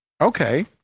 Okay